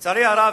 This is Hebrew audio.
לצערי הרב,